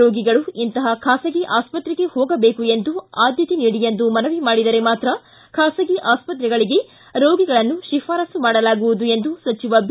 ರೋಗಿಗಳು ಇಂತಪ ಖಾಸಗಿ ಆಸ್ಪತ್ರೆಗೆ ಹೋಗಬೇಕು ಆದ್ಯಕೆ ನೀಡಿ ಎಂದು ಮನವಿ ಮಾಡಿದರೆ ಮಾತ್ರ ಖಾಸಗಿ ಆಸ್ಪತ್ರೆಗಳಿಗೆ ರೋಗಿಗಳನ್ನು ಶಿಫಾರಸು ಮಾಡಲಾಗುವುದು ಎಂದು ಸಚಿವ ಬಿ